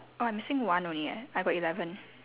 oh I missing one only eh I got eleven